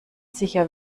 sicher